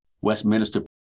Westminster